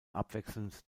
abwechselnd